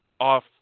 off